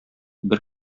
бер